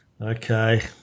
Okay